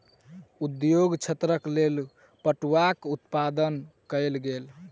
उद्योग क्षेत्रक लेल पटुआक उत्पादन कयल गेल